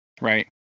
right